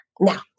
Now